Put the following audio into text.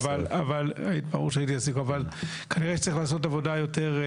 כנראה שצריך לעשות עבודה מעמיקה יותר.